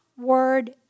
word